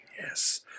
yes